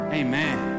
amen